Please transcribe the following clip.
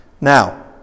Now